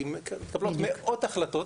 כי מתקבלות מאות החלטות,